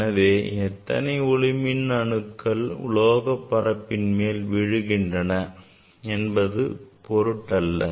எனவே எத்தனை ஒளி மின் அணுக்கள் உலோகப் பரப்பின் மேல் விழுகின்றன என்பது ஒரு பொருட்டல்ல